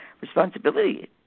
responsibility